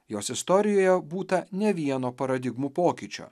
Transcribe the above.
jos istorijoje būta ne vieno paradigmų pokyčio